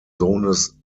sohnes